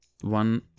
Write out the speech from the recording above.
One